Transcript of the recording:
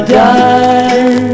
die